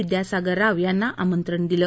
विद्यासागर राव यांना आमंत्रण दिलं